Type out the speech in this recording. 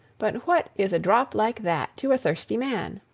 but what is a drop like that to a thirsty man?